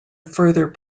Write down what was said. further